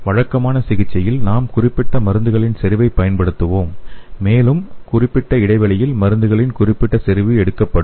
வழக்கமான சிகிச்சையில் நாம் குறிப்பிட்ட மருந்துகளின் செறிவைப் பயன்படுத்துவோம் மேலும் குறிப்பிட்ட இடைவெளியில் மருந்துகளின் குறிப்பிட்ட செறிவு எடுக்கப்படும்